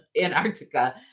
Antarctica